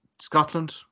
Scotland